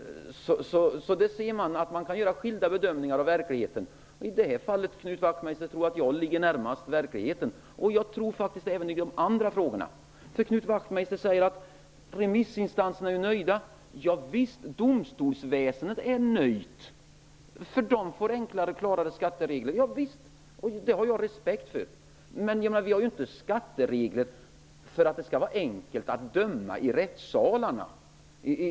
Där ser man att man kan göra skilda bedömningar av verkligheten. I det här fallet, Knut Wachtmeister, tror jag att jag ligger närmast verkligheten. Jag tror faktiskt att det är så även i de andra frågorna. Knut Wachtmeister säger att remissinstanserna är nöjda. Ja visst, domstolsväsendet är nöjt, för de får enklare och klarare skatteregler. Ja vissst. Det har jag respekt för. Men vi har inte skatteregler för att det skall vara enkelt att döma i rättssalarna.